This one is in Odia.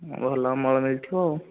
ଭଲ ଅମଳ ମିଳିଥିବ ଆଉ